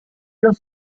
los